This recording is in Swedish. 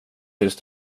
tills